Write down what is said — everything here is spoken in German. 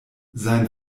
sein